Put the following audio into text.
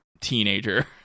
teenager